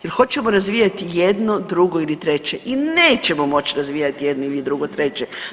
Jel' hoćemo razvijati jedno, drugo ili treće i nećemo moći razvijati jedno ili drugo, treće.